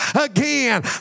again